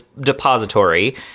Depository